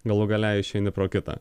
galų gale išeini pro kitą